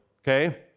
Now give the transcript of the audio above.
okay